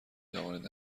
توانید